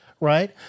right